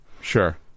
Sure